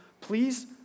please